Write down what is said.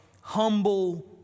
humble